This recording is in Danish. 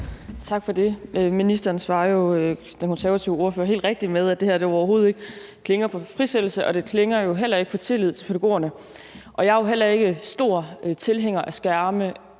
Tak for det. Ministeren svarer jo den konservative ordfører helt rigtigt, ved at det her jo overhovedet ikke har en klang af frisættelse, og det har jo heller ikke en klang af tillid til pædagogerne. Jeg er heller ikke stor tilhænger af skærme,